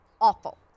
awful